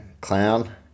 clown